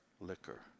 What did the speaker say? liquor